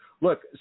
Look